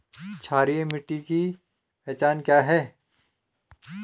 क्षारीय मिट्टी की पहचान क्या है?